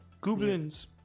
Goblins